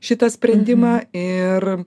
šitą sprendimą ir